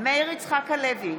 מאיר יצחק הלוי,